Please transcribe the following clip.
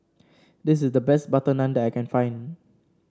this is the best butter naan that I can find